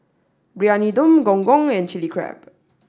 Briyani Dum Gong Gong and chilli Crab